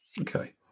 Okay